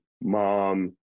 mom